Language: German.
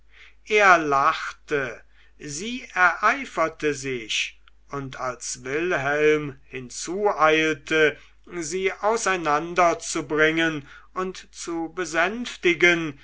er lachte sie ereiferte sich und als wilhelm hinzu eilte sie auseinander zu bringen und zu besänftigen